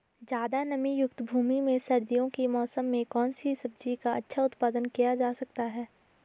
ज़्यादा नमीयुक्त भूमि में सर्दियों के मौसम में कौन सी सब्जी का अच्छा उत्पादन किया जा सकता है?